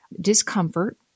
discomfort